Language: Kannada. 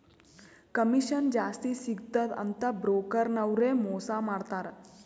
ಕಮಿಷನ್ ಜಾಸ್ತಿ ಸಿಗ್ತುದ ಅಂತ್ ಬ್ರೋಕರ್ ನವ್ರೆ ಮೋಸಾ ಮಾಡ್ತಾರ್